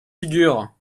figure